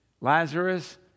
Lazarus